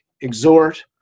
exhort